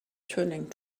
turning